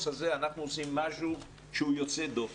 הזה אנחנו עושים משהו שהוא יוצא דופן?